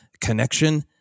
connection